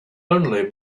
only